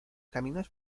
caminos